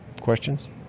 Questions